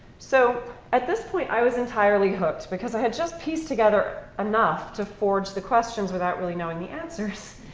so at this point i was entirely hooked, because i had just pieced together enough to forge the questions without really knowing the answers.